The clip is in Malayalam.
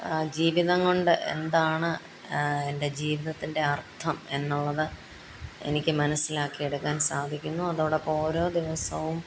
ജീവിതം കൊണ്ട് എന്താണ് എൻ്റെ ജീവിതത്തിൻ്റെ അർത്ഥം എന്നുള്ളത് എനിക്ക് മനസിലാക്കിയെടുക്കാൻ സാധിക്കുന്നു അതോടൊപ്പം ഓരോ ദിവസവും